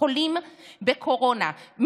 חולים בקורונה,